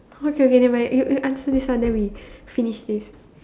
okay okay nevermind you you answer this one then we finish this